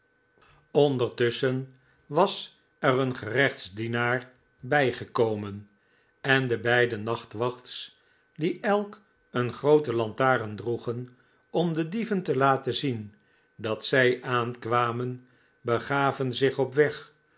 ondertusschen was er een gerechtsdienaar bij gekomen en de beide nachtwachts die elk een groote lantaren droegen om de dieven te laten zien dat zij aankwamen begaven zich op weg